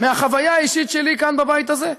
מהחוויה האישית שלי כאן בבית הזה,